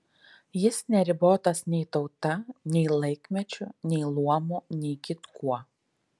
jis neribotas nei tauta nei laikmečiu nei luomu nei kitkuo